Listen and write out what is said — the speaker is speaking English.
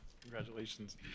Congratulations